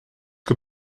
que